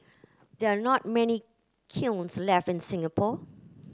there are not many kilns left in Singapore